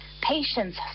Patience